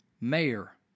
mayor